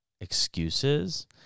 excuses